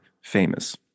famous